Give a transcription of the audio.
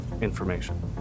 information